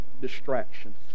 distractions